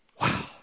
Wow